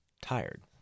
tired